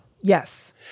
Yes